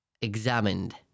examined